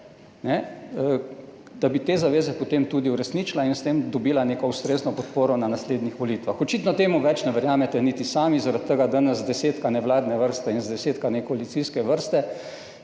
– te zaveze potem tudi uresničila in s tem dobila neko ustrezno podporo na naslednjih volitvah. Očitno temu več ne verjamete niti sami, zaradi tega danes zdesetkane vladne vrste in zdesetkane koalicijske vrste.